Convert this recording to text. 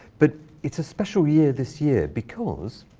but it's a special year this year because